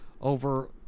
over